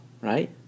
right